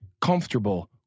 comfortable